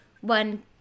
one